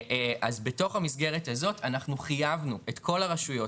אז בתוך המסגרת הזאת אנחנו חייבנו את כל הרשויות,